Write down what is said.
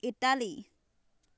Italy